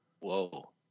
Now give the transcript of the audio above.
Whoa